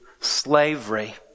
slavery